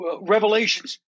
Revelations